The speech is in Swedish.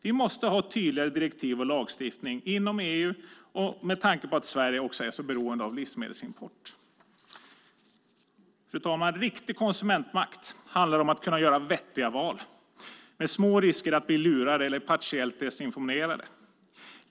Vi måste ha tydligare direktiv och lagstiftning inom EU, med tanke på att Sverige är så beroende av livsmedelsimport. Fru talman! Riktig konsumentmakt handlar om att kunna göra vettiga val, med små risker att bli lurade eller partiellt desinformerade.